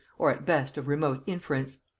or at best of remote inference.